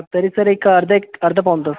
तरी सर एक अर्धा एक अर्धा पाऊण तास